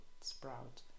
sprout